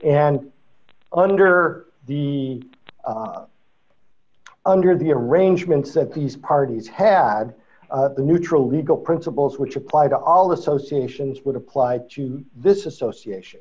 and under the under the arrangements that these parties had the neutral legal principles which apply to all associations would apply to this association